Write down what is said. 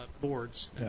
boards